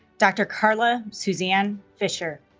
dr. carla suzanne fisher